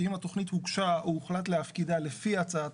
שאם התכנית הוגשה או הוחלט להפקידה לפי הצעת